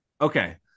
Okay